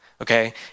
Okay